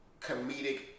comedic